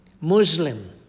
Muslim